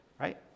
Right